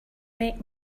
make